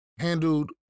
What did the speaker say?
handled